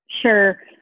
Sure